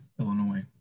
Illinois